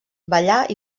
ballar